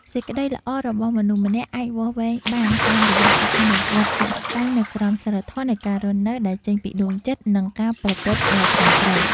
សេចក្តីល្អរបស់មនុស្សម្នាក់អាចវាស់វែងបានតាមរយៈការអនុវត្តជាក់ស្តែងនូវក្រមសីលធម៌នៃការរស់នៅដែលចេញពីដួងចិត្ត និង ការប្រព្រឹត្តដ៏ត្រឹមត្រូវ។